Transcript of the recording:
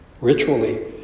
ritually